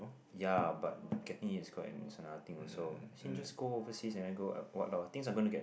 ya but getting is is another thing also since just go overseas and then go uh what lor things are gonna get